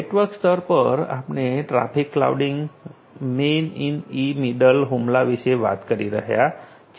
network સ્તર પર આપણે traffic flooding man in the middle હુમલા વિશે વાત કરી રહ્યા છીએ